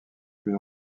plus